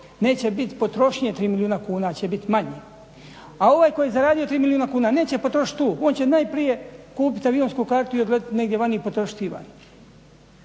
neće biti potrošnje 3 milijuna kuna će biti manje. A ovaj koji je zaradio tri milijuna kuna neće potrošiti to, on će najprije kupiti avionsku kartu i odletiti negdje vani i potrošiti vani.